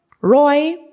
Roy